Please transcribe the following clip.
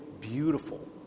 beautiful